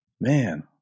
Man